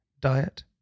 diet